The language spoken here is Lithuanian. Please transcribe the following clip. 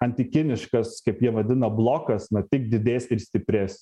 antikiniškas kaip jie vadina blokas na tik didės ir stiprės